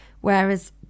Whereas